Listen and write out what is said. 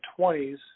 20s